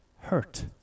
hurt